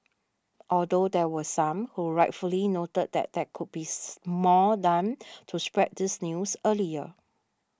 although there were some who rightfully noted that there could be more done to spread this news earlier